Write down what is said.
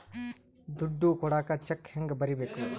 ದುಡ್ಡು ಕೊಡಾಕ ಚೆಕ್ ಹೆಂಗ ಬರೇಬೇಕು?